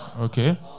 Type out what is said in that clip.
Okay